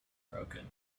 broken